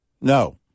No